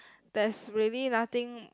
there's really nothing